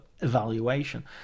evaluation